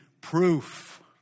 proof